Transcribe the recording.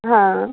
हा